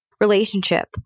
relationship